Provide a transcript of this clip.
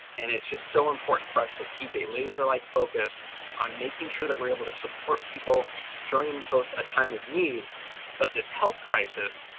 and it's just so important for us to keep a laser like focus on making sure that we're able to support people during both a time of need but this health crisis,